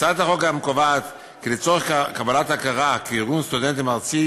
הצעת החוק גם קובעת כי לצורך קבלת הכרה כארגון סטודנטים ארצי